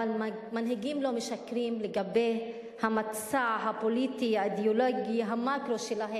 אבל מנהיגים לא משקרים לגבי המצע הפוליטי-אידיאולוגי שלהם במקרו,